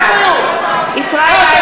בעד (קוראת בשמות חברי הכנסת) ישראל אייכלר,